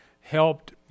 helped